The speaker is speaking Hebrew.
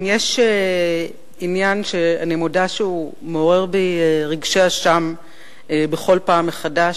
אם יש עניין שמעורר בי רגשי אשם בכל פעם מחדש,